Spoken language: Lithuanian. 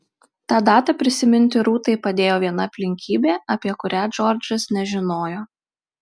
tą datą prisiminti rūtai padėjo viena aplinkybė apie kurią džordžas nežinojo